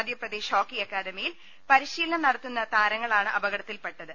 Madhya Pradesh hockey അക്കാദമിയിൽ പരിശീലനം നടത്തുന്ന താരങ്ങളാണ് അപകടത്തിൽപ്പെട്ടത്